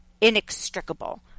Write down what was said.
inextricable